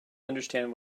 understand